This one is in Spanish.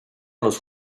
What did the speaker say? los